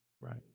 Right